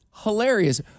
hilarious